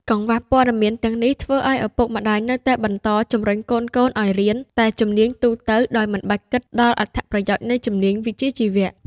កង្វះព័ត៌មានទាំងនេះធ្វើឲ្យឪពុកម្តាយនៅតែបន្តជំរុញកូនៗឲ្យរៀនតែជំនាញទូទៅ ដោយមិនបានគិតដល់អត្ថប្រយោជន៍នៃជំនាញវិជ្ជាជីវៈ។